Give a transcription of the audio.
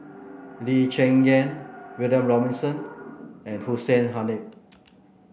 Lee Cheng Yan William Robinson and Hussein Haniff